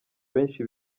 benshi